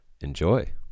Enjoy